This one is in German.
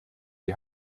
die